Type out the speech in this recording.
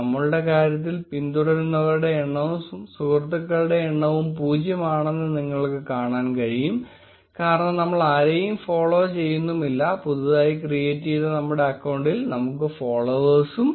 നമ്മളുടെ കാര്യത്തിൽ പിന്തുടരുന്നവരുടെ എണ്ണവും സുഹൃത്തുക്കളുടെ എണ്ണവും പൂജ്യം ആണെന്ന് നിങ്ങൾക്ക് കാണാൻ കഴിയും കാരണം നമ്മൾ ആരെയും ഫോളോ ചെയ്യുന്നുമില്ലപുതുതായി ക്രീയേറ്റ് ചെയ്ത നമ്മുടെ അക്കൌണ്ടിൽ നമുക്ക് ഫോളോവേഴ്സും ഇല്ല